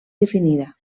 definida